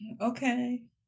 okay